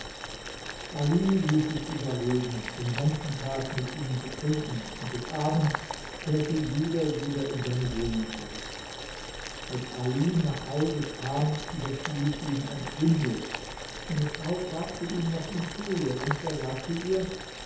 ali ließ sich überreden den ganzen tag mit ihnen zu trinken und des abends kehrte jeder wieder in seine wohnung zurück als ali nach hause kam überfiel ihn ein schwindel seine frau fragte ihn was ihm fehle und er sagte ihr